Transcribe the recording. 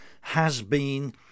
has-been